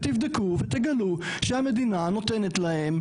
ותיבדקו ותגלו שהמדינה נותנת להם,